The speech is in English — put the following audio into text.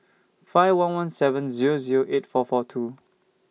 five one one seven Zero Zero eight four four two